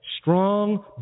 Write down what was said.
strong